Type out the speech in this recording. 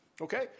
Okay